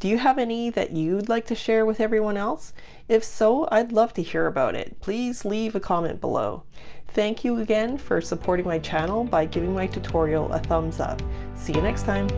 do you have any that you'd like to share with everyone else if so i'd love to hear about it please leave a comment below thank you again for supporting my channel by giving my like tutorial a thumbs up see you next time